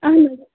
اَہن حظ